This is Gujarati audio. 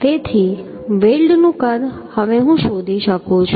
તેથી વેલ્ડનું કદ હવે હું શોધી શકું છું